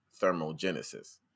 thermogenesis